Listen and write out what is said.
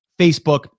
Facebook